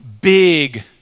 big